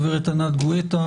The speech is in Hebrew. גברת ענת גואטה,